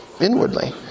inwardly